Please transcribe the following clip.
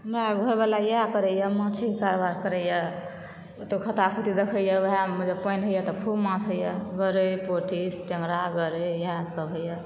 हमरा आरके घरवला इएह करै यऽ माछेके कारबार करै यऽ कतौ खता खुती देखै यऽ वएहए मे जब पानि होइया तऽ खूब माछ होइया यऽ गरइ पोठी टेंगरा गरइ इएह सब होइया